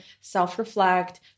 self-reflect